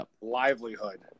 Livelihood